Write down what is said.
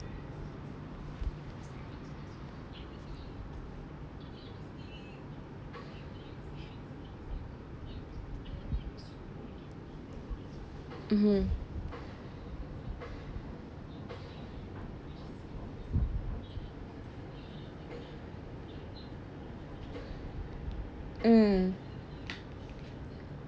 mmhmm mm